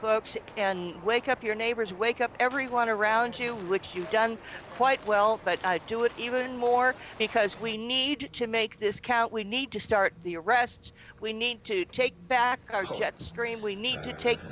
books and wake up your neighbors wake up everyone around you look you've done quite well but do it even more because we need to make this count we need to start the arrests we need to take back our jetstream we need to take